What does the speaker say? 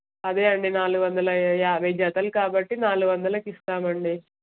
అదే అండి నాలుగు వందల యాభై జతలు కాబట్టి నాలుగు వందలకిస్తామండి